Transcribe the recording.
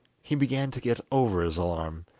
he began to get over his alarm,